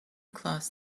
class